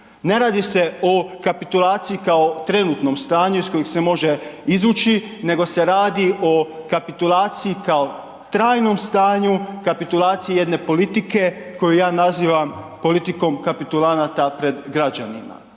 Ne radi se o kapitulaciji kao trenutnom stanju iz kojeg se može izvući nego se radi o kapitulaciji kao trajnom stanju, kapitulaciji jedne politike koju ja nazivam politikom kapitulanata pred građanima.